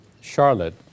Charlotte